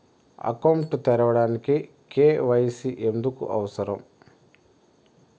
Account తెరవడానికి, KYC ఎందుకు అవసరం?